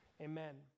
amen